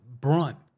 brunt